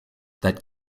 that